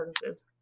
businesses